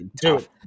Dude